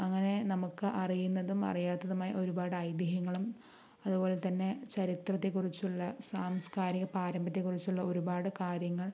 അങ്ങനെ നമുക്ക് അറിയുന്നതും അറിയാത്തതുമായി ഒരുപാട് ഐതിഹ്യങ്ങളും അതുപോലെ തന്നെ ചരിത്രത്തെക്കുറിച്ചുള്ള സാംസ്കാരിക പാരമ്പര്യത്തെക്കുറിച്ചുള്ള ഒരുപാട് കാര്യങ്ങൾ